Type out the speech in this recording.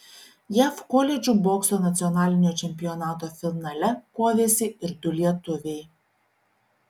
jav koledžų bokso nacionalinio čempionato finale kovėsi ir du lietuviai